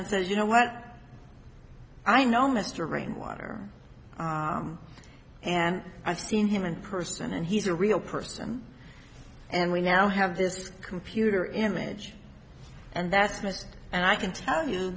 and says you know what i know mr rainwater and i've seen him in person and he's a real person and we now have this computer image and that's missed and i can tell